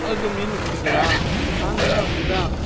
அங்கே மீன் பிடிக்கலாம் நாங்களும் அப்படி தான்